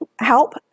help